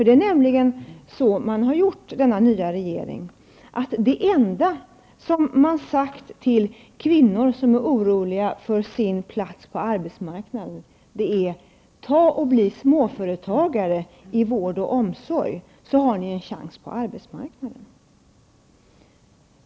Det är nämligen så denna regering gjort; det enda man har sagt till kvinnor som är oroliga för sin plats på arbetsmarknaden är: Bli småföretagare i vård och omsorg, så har ni en chans på arbetsmarknaden!